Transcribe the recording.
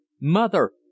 Mother